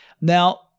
Now